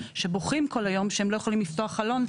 שבוכים כל היום שהם לא יכולים לפתוח חלון,